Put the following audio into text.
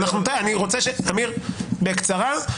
עמיר בקצרה.